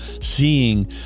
seeing